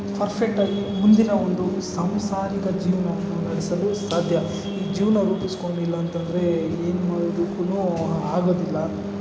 ಪರ್ಫೆಕ್ಟಾಗಿ ಮುಂದಿನ ಒಂದು ಸಾಂಸಾರಿಕ ಜೀವನವನ್ನು ನಡೆಸಲು ಸಾಧ್ಯ ಜೀವನ ರೂಪಿಸಿಕೊಳ್ಳಿಲ್ಲ ಅಂತಂದರೆ ಏನು ಮಾಡೋದಕ್ಕೂ ಆಗೋದಿಲ್ಲ